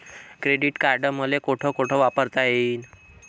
Credit card मले कोठ कोठ वापरता येईन?